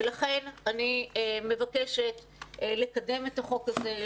לכן אני מבקשת לקדם את החוק הזה,